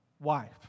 wife